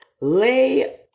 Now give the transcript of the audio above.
lay